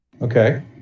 Okay